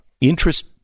Interest